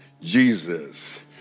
Jesus